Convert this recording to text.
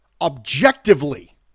Objectively